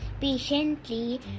patiently